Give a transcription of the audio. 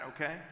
okay